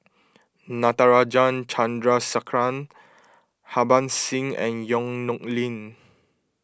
Natarajan Chandrasekaran Harbans Singh and Yong Nyuk Lin